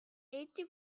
eighty